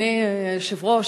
אדוני היושב-ראש,